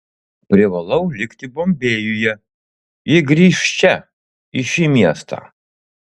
privalau likti bombėjuje ji grįš čia į šį miestą